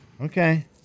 Okay